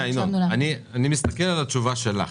ורשמנו לנו --- אני מסתכל על התשובה שלך.